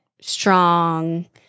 strong